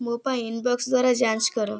ମୋ ପାଇଁ ଇନବକ୍ସ ଦ୍ୱାରା ଯାଞ୍ଚ କର